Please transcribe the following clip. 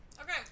Okay